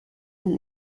and